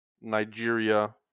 Nigeria